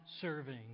serving